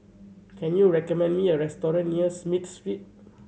can you recommend me a restaurant near Smith Street